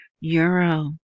euro